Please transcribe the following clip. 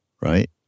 right